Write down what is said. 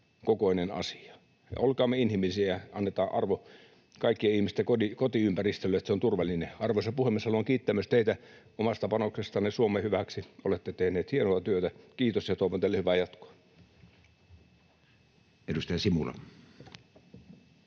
kokoinen asia. Olkaamme inhimillisiä. Annetaan arvo kaikkien ihmisten kotiympäristölle, niin että se on turvallinen. Arvoisa puhemies! Haluan kiittää myös teitä omasta panoksestanne Suomen hyväksi. Olette tehnyt hienoa työtä. Kiitos, ja toivon teille hyvää jatkoa.